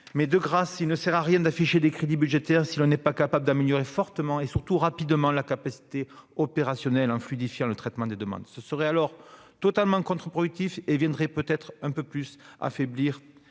de grâce, il ne sert à rien d'afficher des crédits budgétaires si l'on n'est pas capable d'améliorer fortement, et surtout rapidement, la capacité opérationnelle du dispositif en fluidifiant le traitement des demandes ! Cela serait totalement contre-productif et cela viendrait affaiblir un peu plus, si